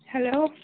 hello